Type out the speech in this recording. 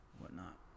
whatnot